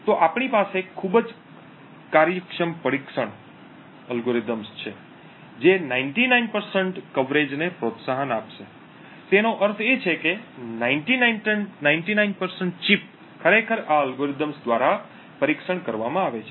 તો આપણી પાસે ખૂબ જ કાર્યક્ષમ પરીક્ષણ અલ્ગોરિધમ્સ છે જે 99 કવરેજને પ્રોત્સાહન આપશે તેનો અર્થ એ છે કે 99 ચિપ ખરેખર આ અલ્ગોરિધમ્સ દ્વારા પરીક્ષણ કરવામાં આવે છે